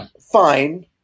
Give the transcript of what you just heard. fine